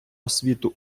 освіту